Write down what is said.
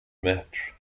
متر